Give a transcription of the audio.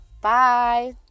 Bye